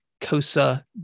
COSA